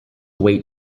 wait